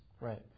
Right